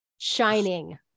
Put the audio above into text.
Shining